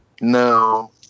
No